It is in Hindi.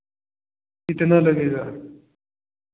कितना लगेगा